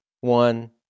one